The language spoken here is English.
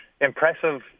impressive